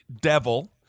devil